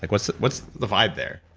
like what's what's the vibe there?